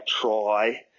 try